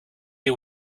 you